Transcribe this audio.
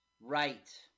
Right